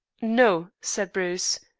no, said bruce.